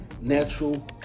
Natural